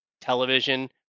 television